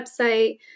website